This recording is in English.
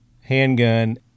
handgun